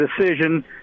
decision